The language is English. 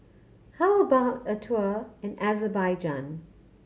how about a tour in Azerbaijan